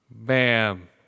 Bam